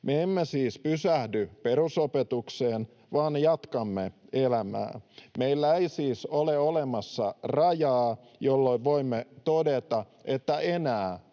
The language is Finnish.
Me emme siis pysähdy perusopetukseen vaan jatkamme elämää. Meillä ei siis ole olemassa rajaa, jolloin voimme todeta, että enää